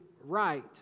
right